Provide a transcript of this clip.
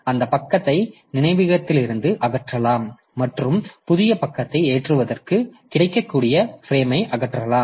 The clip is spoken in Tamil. அந்தப் பக்கத்தை நினைவகத்திலிருந்து அகற்றலாம் மற்றும் புதிய பக்கத்தை ஏற்றுவதற்கு கிடைக்கக்கூடிய ஃபிரேம்ஐ அகற்றலாம்